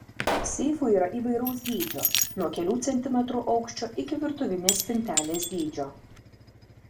seifų yra įvairaus dydžio nuo kelių centimetrų aukščio iki virtuvinės spintelės dydžio